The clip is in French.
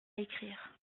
écrire